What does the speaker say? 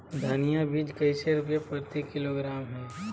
धनिया बीज कैसे रुपए प्रति किलोग्राम है?